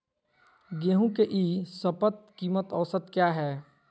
गेंहू के ई शपथ कीमत औसत क्या है?